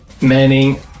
manning